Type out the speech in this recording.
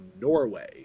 Norway